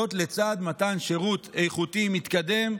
לצד מתן שירות איכותי מתקדם,